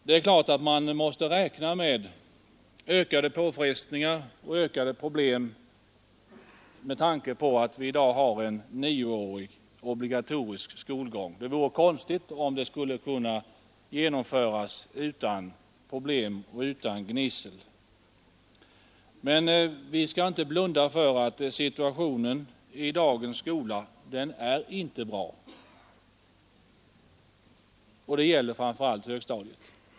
Det är klart att vi måste räkna med ökade påfrestningar och ökade problem med tanke på att vi nu har en nioårig obligatorisk skolgång; det vore konstigt om den skulle kunna genomföras utan gnissel. Men vi skall inte blunda för att situationen i dagens skola inte är bra. Detta gäller framför allt högstadiet.